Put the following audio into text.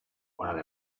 one